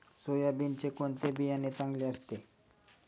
सोयाबीनचे कोणते बियाणे चांगले असते?